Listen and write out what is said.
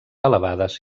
elevades